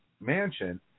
mansion